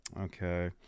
Okay